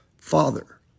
father